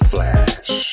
Flash